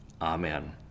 Amen